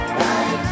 right